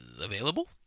available